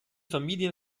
familien